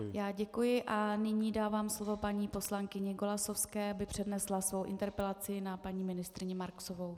Já děkuji a nyní dávám slovo paní poslankyni Golasowské, aby přednesla svou interpelaci na paní ministryni Marksovou.